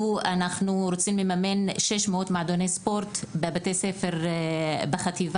אנחנו רוצים לממן 600 מועדוני ספורט בבתי ספר בחטיבה